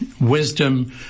wisdom